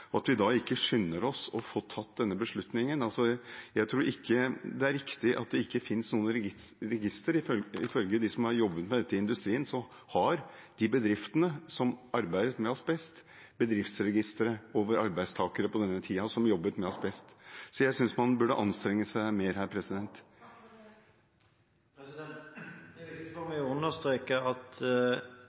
og at vi da ikke skynder oss å få tatt denne beslutningen. Jeg tror ikke det er riktig at det ikke finnes noen registre. Ifølge dem som har jobbet med dette i industrien, har de bedriftene som arbeidet med asbest, bedriftsregistre over arbeidstakere som jobbet med asbest på denne tiden. Så jeg synes man burde anstrenge seg mer her. Det er viktig for meg å understreke at